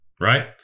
right